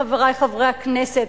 חברי חברי הכנסת,